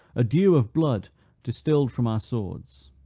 a dew of blood distilled from our swords.